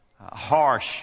harsh